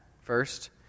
first